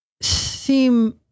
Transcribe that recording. seem